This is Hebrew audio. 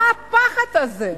מה הפחד הזה?